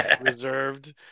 reserved